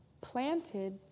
planted